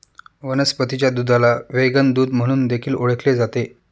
वनस्पतीच्या दुधाला व्हेगन दूध म्हणून देखील ओळखले जाते